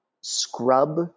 scrub